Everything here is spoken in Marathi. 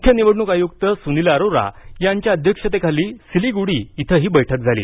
मुख्य निवडणूक आयुक्त सुनील अरोरा यांच्या अध्यक्षतेखाली सिलिगुडी इथं ही बैठक झाली